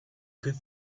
good